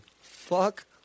fuck